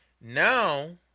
now